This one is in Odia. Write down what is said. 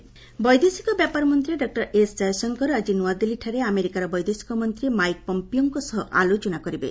ପମ୍ପିଓ ଭିଜିଟ୍ ବୈଦେଶିକ ବ୍ୟାପାର ମନ୍ତ୍ରୀ ଡକ୍ଟର ଏସ୍ ଜୟଶଙ୍କର ଆଜି ନ୍ନଆଦିଲ୍ଲୀଠାରେ ଆମେରିକାର ବୈଦେଶିକ ମନ୍ତ୍ରୀ ମାଇକ୍ ପମ୍ପିଓଙ୍କ ସହ ଆଲୋଚନା କରିବେ